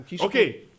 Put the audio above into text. okay